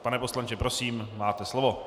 Pane poslanče, prosím, máte slovo.